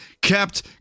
kept